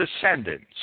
descendants